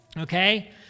Okay